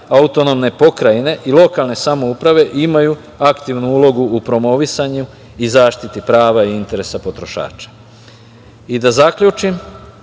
je da organi AP i lokalne samouprave imaju aktivnu ulogu u promovisanju i zaštiti prava i interesa potrošača. Da zaključim,